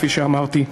כפי שאמרתי,